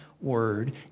word